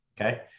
okay